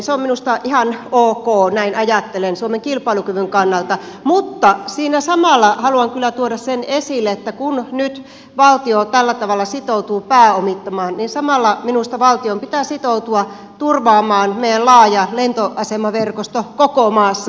se on minusta ihan ok näin ajattelen suomen kilpailukyvyn kannalta mutta siinä samalla haluan kyllä tuoda sen esille että kun nyt valtio tällä tavalla sitoutuu pääomittamaan niin samalla minusta valtion pitää sitoutua turvaamaan meidän laaja lentoasemaverkosto koko maassa